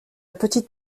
petite